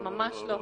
ממש לא.